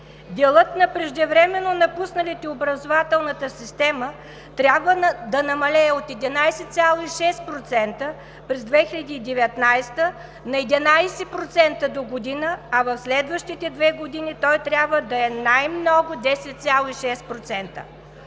Делът на преждевременно напусналите образователната система трябва да намалее от 11,6% през 2019 г. на 11% догодина, а в следващите две години той трябва да е най-много 10,6%.